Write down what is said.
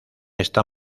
está